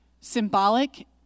symbolic